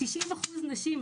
90 אחוזים נשים,